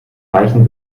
reichen